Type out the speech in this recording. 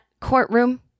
courtroom